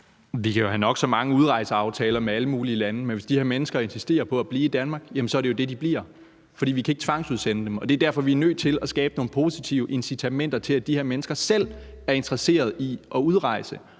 Vi kan jo have nok så mange udrejseaftaler med alle mulige lande, men hvis de her mennesker insisterer på at blive i Danmark, er det jo det, de gør. For vi kan ikke tvangsudsende dem, og det er derfor, vi er nødt til at skabe nogle positive incitamenter til, at de her mennesker selv bliver interesseret i at udrejse,